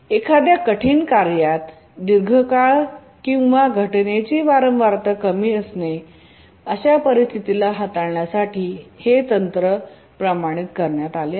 एखाद्या कठीण कार्यात दीर्घकाळ किंवा घटनेची वारंवारता कमी असते अशा परिस्थितीला हाताळण्यासाठी हे प्रमाणित तंत्र आहे